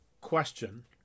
question